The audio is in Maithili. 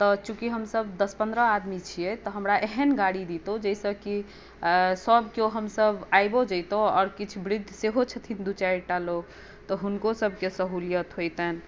तऽ चूँकि हम दस पन्द्रह आदमी छियै तऽ हमरा एहन गाड़ी दैतहुँ जाहिसँ कि सभ कियो हमसभ आबियो जैतहुँ आओर किछु वृद्ध सेहो छथिन दू चारिटा लोक तऽ हुनकोसभकेँ सहूलियत होइतनि